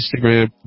Instagram